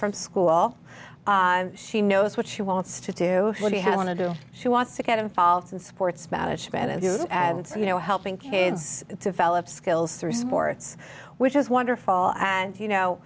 from school she knows what she wants to do what he had i want to do she wants to get involved in sports management and so you know helping kids develop skills through sports which is wonderful and you know